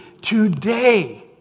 today